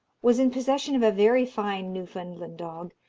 was in possession of a very fine newfoundland dog,